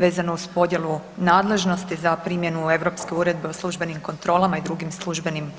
Vezano uz podjelu nadležnosti, za primjenu europske Uredbe o službenim kontrolama i drugim službenim